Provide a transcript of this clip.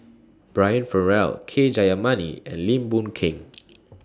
Brian Farrell K Jayamani and Lim Boon Keng